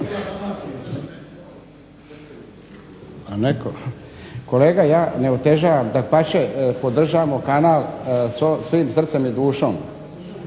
(HDZ)** Kolega ja ne otežavam, dapače podržavamo kanal svim srcem i dušom,